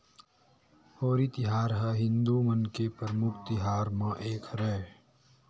होरी तिहार ह हिदू मन के परमुख तिहार मन म एक हरय